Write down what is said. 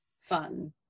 fun